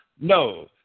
No